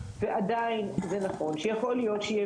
ועדיין זה נכון שיכול להיות שיהיה